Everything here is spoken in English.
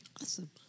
Awesome